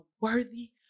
worthy